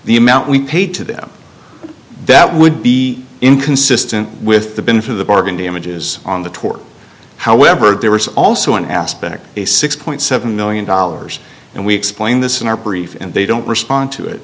the amount we paid to them that would be inconsistent with the bin for the bargain damages on the tour however there was also an aspect a six point seven million dollars and we explained this in our brief and they don't respond to it